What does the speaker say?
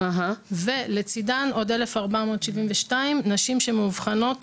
ולצידן עוד 1,472 נשים שמאובחנות